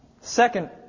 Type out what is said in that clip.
Second